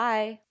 Bye